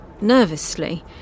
nervously